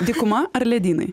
dykuma ar ledynai